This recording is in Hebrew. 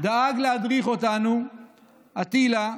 דאג להדריך אותנו, אטילה,